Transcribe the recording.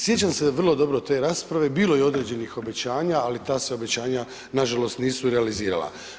Sjećam se vrlo dobro te rasprave, bilo je određenih obećanja, ali ta se obećanja nažalost nisu realizirala.